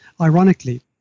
ironically